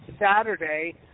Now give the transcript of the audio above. Saturday